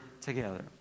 together